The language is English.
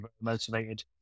motivated